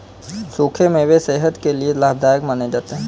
सुखे मेवे सेहत के लिये लाभदायक माने जाते है